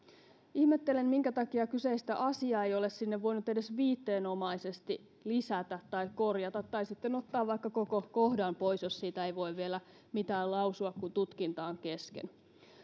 ihmettelen minkä takia kyseistä asiaa ei ole sinne voitu edes viitteenomaisesti lisätä tai korjata tai sitten ottaa vaikka koko kohta pois jos siitä ei voi vielä mitään lausua kun tutkinta on kesken